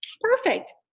Perfect